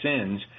sins